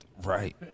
Right